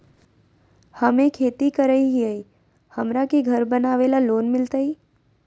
हमे खेती करई हियई, हमरा के घर बनावे ल लोन मिलतई?